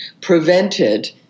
prevented